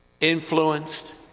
influenced